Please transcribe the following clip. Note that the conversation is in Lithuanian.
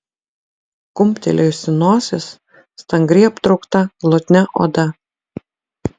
kumptelėjusi nosis stangriai aptraukta glotnia oda